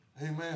Amen